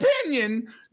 opinion